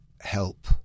help